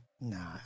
nah